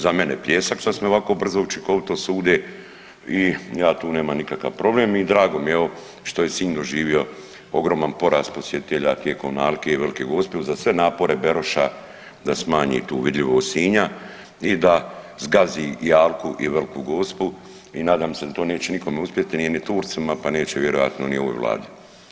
Za mene pljesak što su me ovako brzo, učinkovito sude i ja tu nemam nikakav problem i drago mi je evo što je Sinj doživio ogroman porast posjetitelja tijekom alke i Velike Gospe uza sve napore Beroša da smanji tu vidljivost Sinja i da zgazi i alku i Veliku Gospu i nadam se da to neće nikome uspjeti, nije ni Turcima pa neće vjerojatno ni ovoj Vladi.